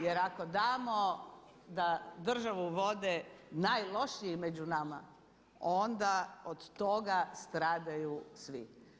Jer ako damo da državu vode najlošiji među nama onda od toga stradaju svi.